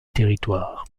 territoire